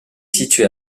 situé